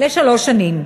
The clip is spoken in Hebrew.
לשלוש שנים.